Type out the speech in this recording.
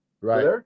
Right